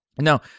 Now